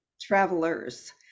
travelers